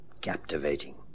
Captivating